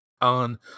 on